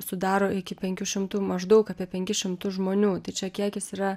sudaro iki penkių šimtų maždaug apie penkis šimtus žmonių čia kiekis yra